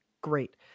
great